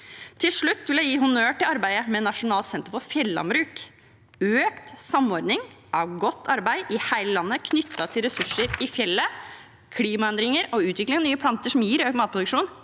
Til slutt vil jeg gi honnør for arbeidet med Nasjonalt senter for fjellandbruk. Økt samordning av godt arbeid i hele landet knyttet til ressurser i fjellet, klimaendringer og utvikling av nye planter som gir økt matproduksjon,